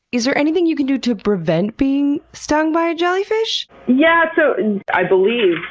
is there anything you can do to prevent being stung by a jellyfish? yeah, so i believe,